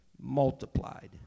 multiplied